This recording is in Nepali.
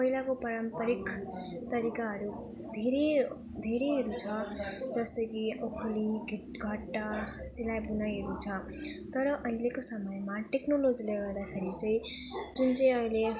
पहिलाको पारम्परिक तरिकाहरू धेरै धेरैहरू छ जस्तो कि औखली घि घट्टा सिलाइ बुनाइहरू छ तर अहिलेको समयमा टेक्नोलोजीले गर्दाखेरि चाहिँ जुन चाहिँ अहिले